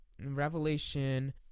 Revelation